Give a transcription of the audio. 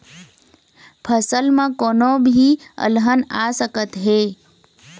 फसल म कोनो भी अलहन आ सकत हे